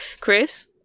Chris